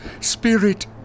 spirit